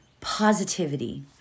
positivity